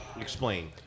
explain